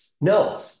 No